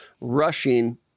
rushing